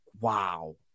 wow